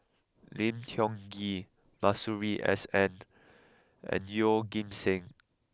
Lim Tiong Ghee Masuri S N and Yeoh Ghim Seng